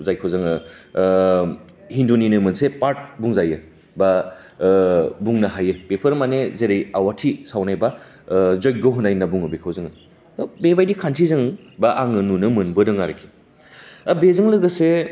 जायखौ जोङो हिन्दुनिनो मोनसे पार्ट बुंजायो बा बुंनो हायो बेफोर मानि जेरै आवाथि सावनाय बा जय्ग होनाय होन्ना बुङो बेखो जोङो बे बायदि खान्थि जों बा आङो नुनो मोनबोदों आरोखि आरो बेजों लोगोसे